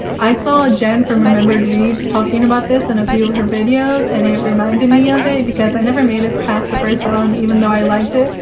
i saw a jen from remembered rreads talking about this in a few of her videos, and it reminded me of it because i never made it past the first volume even though i liked it,